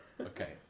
okay